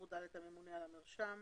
הגורם הממונה הוא הממונה על המרשם.